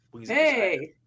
hey